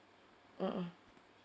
mmhmm